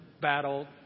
battle